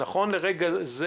נכון לרגע זה,